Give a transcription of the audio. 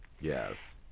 Yes